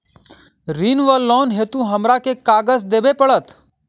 ऋण वा लोन हेतु हमरा केँ कागज देबै पड़त?